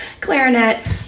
clarinet